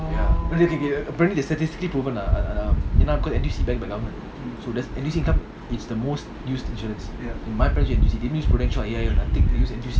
ya okay okay apparently it's statistically proven ah என்னனா:ennana cause N_T_U_C backed by government so there's N_T_U_C income it's the most used insurance prudential nothing they use N_T_U_C